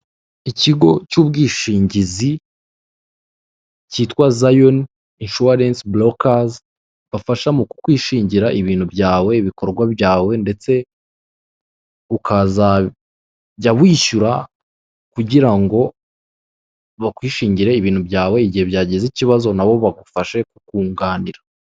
Ikigo cy'ubwishingizi cyitwa zayoni inshuwarensi bolokazi bafasha mu kwishingira ibintu byawe ibikorwa byawe ndetse ukazajya wishyura kugira ngo bakwishingire ibintu byawe igihe byagize ikibazo nabo bagufashe kukunganira.